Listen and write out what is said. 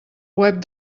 web